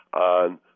on